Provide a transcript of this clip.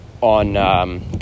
on